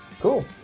cool